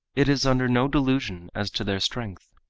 it is under no delusion as to their strength.